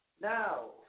Now